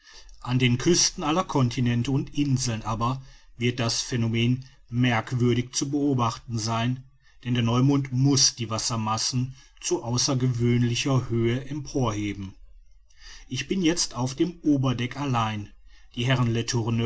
an den küsten aller continente und inseln aber wird das phänomen merkwürdig zu beobachten sein denn der neumond muß die wassermassen zu außergewöhnlicher höhe emporheben ich bin jetzt auf dem oberdeck allein die herren